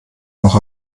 auch